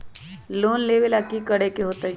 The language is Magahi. लोन लेवेला की करेके होतई?